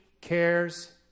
cares